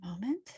moment